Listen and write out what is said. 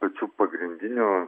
pačių pagrindinių